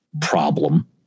problem